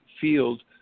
field